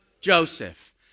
Joseph